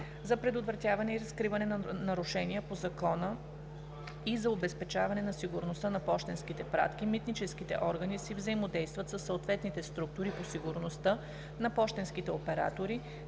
За предотвратяване и разкриване на нарушения по закона и за обезпечаване на сигурността на пощенските пратки митническите органи си взаимодействат със съответните структури по сигурността на пощенските оператори,